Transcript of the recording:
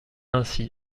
ainsi